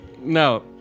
No